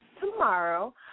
tomorrow